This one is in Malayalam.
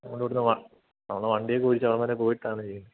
നമ്മൾ ഇവിടെ നിന്ന് വർക് നമ്മൾ വണ്ടിയൊക്കെ വിളിച്ചു അവിടം വരെ പോയിട്ടാണ് ചെയ്യുന്നത്